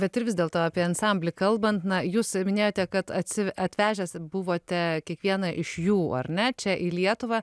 bet ir vis dėlto apie ansamblį kalbant na jūs minėjote kad atsi atvežęs buvote kiekvieną iš jų ar ne čia į lietuvą